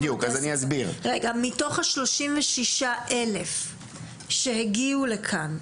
מתוך ה-36,000 שהגיעו לכאן,